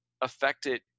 affected